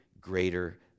greater